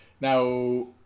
Now